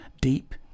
Deep